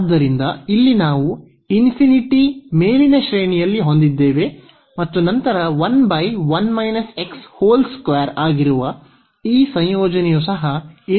ಆದ್ದರಿಂದ ಇಲ್ಲಿ ನಾವು ಮೇಲಿನ ಶ್ರೇಣಿಯಲ್ಲಿ ಹೊಂದಿದ್ದೇವೆ ಮತ್ತು ನಂತರ ಆಗಿರುವ ಈ ಸಂಯೋಜನೆಯು ಸಹ ಗೆ ಹೋಗುತ್ತದೆ